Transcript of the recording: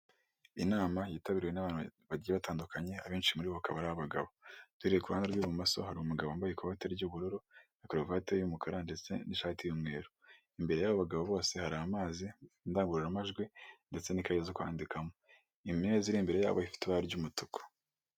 Inama yitabiriwe n'abantu bagiye batandukanye abenshi muri bo bakaba ari abagabo, duherye ku ruhande rw'ibumoso hari umugabo wambaye ikote ry'ubururu na karuvate y'umukara ndetse n'ishati y'umweru, imbere y'abo bagabo bose hari amazi indangururamajwi ndetse n'ikayi zo kwandikamo, imeza iri imbere yabo ifite ibara ry'umutuku.